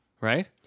right